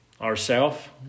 Ourself